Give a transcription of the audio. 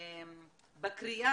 בקריאה